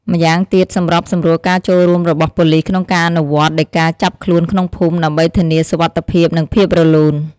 ម្យ៉ាងទៀតសម្របសម្រួលការចូលរួមរបស់ប៉ូលីសក្នុងការអនុវត្តដីកាចាប់ខ្លួនក្នុងភូមិ ដើម្បីធានាសុវត្ថិភាព និងភាពរលូន។